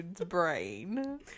brain